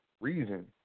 reason